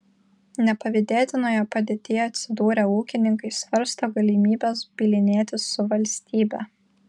nepavydėtinoje padėtyje atsidūrę ūkininkai svarsto galimybes bylinėtis su valstybe